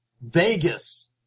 Vegas